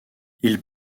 ils